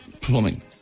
plumbing